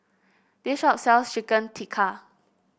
this shop sells Chicken Tikka